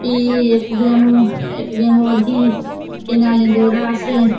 प्ही इक्क गेम इक्क गेम होर ही केह् नांऽ ओह्दा लैंदे अस